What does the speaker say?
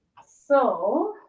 ah so,